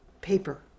paper